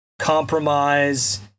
compromise